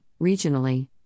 regionally